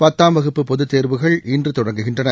பத்தாம் வகுப்பு பொதுத்தேர்வுகள் இன்று தொடங்குகின்றன